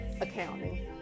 Accounting